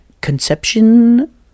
conception